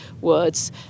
words